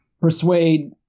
persuade